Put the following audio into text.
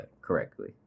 correctly